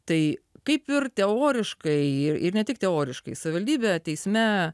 tai kaip ir teoriškai ir ne tik teoriškai savivaldybė teisme